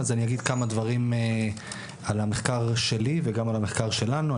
אגיד כמה דברים על המחקר שלי וגם על המחקר שלנו.